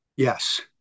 Yes